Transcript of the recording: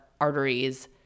arteries